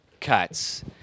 cuts